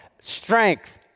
strength